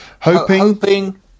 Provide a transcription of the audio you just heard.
hoping